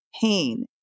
pain